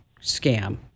scam